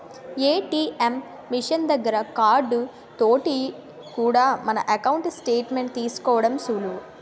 ATM machine దగ్గర card తోటి కూడా మన ఎకౌంటు స్టేట్ మెంట్ తీసుకోవడం సులువు